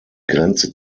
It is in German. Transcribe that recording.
grenze